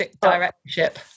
directorship